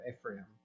Ephraim